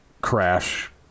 crash